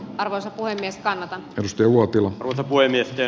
arvoisa puhemies wan listi uotila toivoi miesten